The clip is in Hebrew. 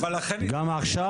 גם עכשיו?